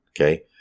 okay